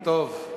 טוב.